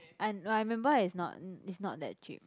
I I remember it's not it's not that cheap